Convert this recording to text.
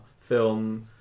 film